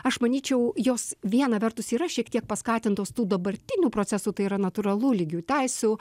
aš manyčiau jos viena vertus yra šiek tiek paskatintos tų dabartinių procesų tai yra natūralu lygių teisių